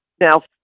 now